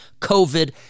COVID